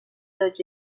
los